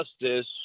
Justice